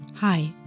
Hi